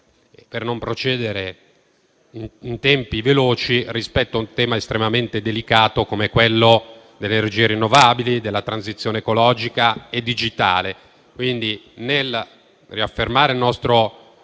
per non procedere in tempi veloci e non affrontare un tema estremamente delicato come quello delle energie rinnovabili e della transizione ecologica e digitale. Pertanto, nel riaffermare il nostro